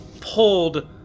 pulled